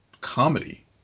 comedy